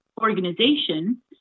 organization